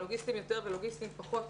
הלוגיסטיים יותר והלוגיסטיים פחות,